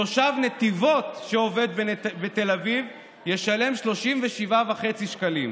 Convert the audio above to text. תושב נתיבות שעובד בתל אביב ישלם 37.5 שקלים.